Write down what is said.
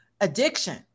addiction